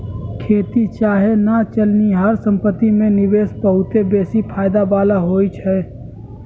खेत चाहे न चलनिहार संपत्ति में निवेश बहुते बेशी फयदा बला होइ छइ